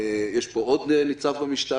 יש פה עוד ניצב במשטרה.